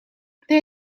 they